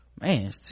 man